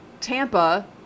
Tampa